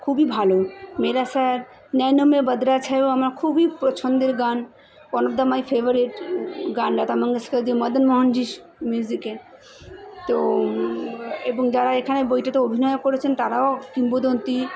খুবই ভালো মেরা সায়ার নয়নো মে বদরা ছায়ে আমার খুবই পছন্দের গান one of the my favourite গান লতা মঙ্গেশকরজির মদন মোহনজির মিউজিকে তো এবং যারা এখানে বইটিতে অভিনয়ও করেছেন তারাও কিংবদন্তী